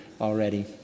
already